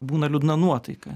būna liūdna nuotaika